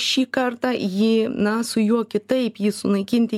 šį kartą jį na su juo kitaip jį sunaikinti